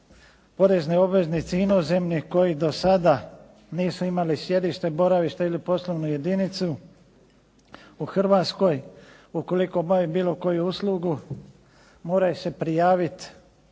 porezni obveznici inozemni koji do sada nisu imali sjedište, boravište ili poslovnu jedinicu u Hrvatskoj ukoliko obavi bilo koju uslugu moraju se prijaviti